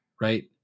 right